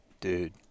Dude